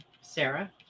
Sarah